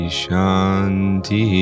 shanti